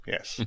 Yes